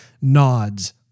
nods